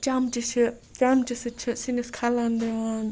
چَمچہِ چھِ چَمچہِ سۭتۍ چھِ سِنِس کھَلَن دِوان